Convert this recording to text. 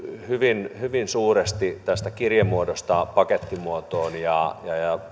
hyvin hyvin suuresti tästä kirjemuodosta pakettimuotoon ja